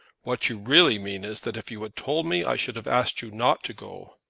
what you really mean is, that if you had told me i should have asked you not to go.